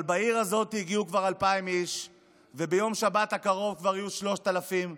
אבל בעיר הזאת הגיעו כבר 2,000 איש וביום שבת הקרוב כבר יהיו 3,000 איש,